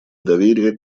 доверия